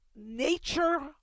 nature